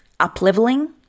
up-leveling